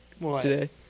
today